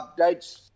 updates